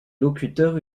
locuteurs